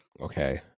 Okay